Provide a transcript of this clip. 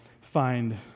find